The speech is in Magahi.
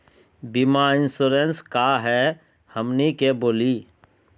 बीमा इंश्योरेंस का है हमनी के बोली?